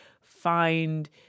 find